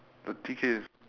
the T_K is